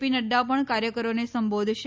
પી નફા પણ કાર્યકરોને સંબોધશે